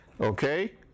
Okay